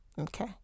Okay